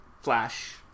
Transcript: Flash